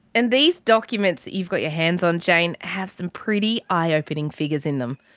and these documents that you've got your hands on, jane, have some pretty eye-opening figures in them.